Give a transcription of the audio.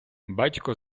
батько